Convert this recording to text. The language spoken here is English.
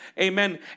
amen